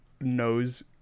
knows